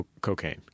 cocaine